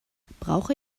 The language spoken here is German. brauche